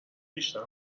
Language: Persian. بیشتر